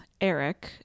Eric